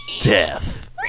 death